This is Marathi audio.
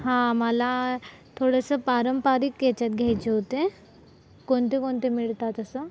हां मला थोडंसं पारंपारिक याच्यात घ्यायचे होते कोणते कोणते मिळतात असं